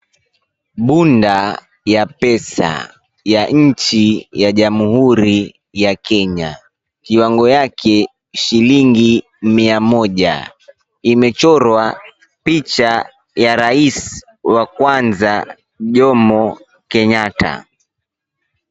Bunda ya pesa, ya nchi ya Jamhuri ya Kenya. Kiwango yake, shilingi mia moja. Imechorwa picha ya rais wa kwanza Jomo Kenyatta.